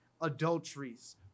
adulteries